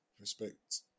respect